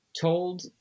told